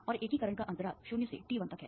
और एकीकरण का अंतराल 0 से t 1 तक है